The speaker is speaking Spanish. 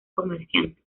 comerciante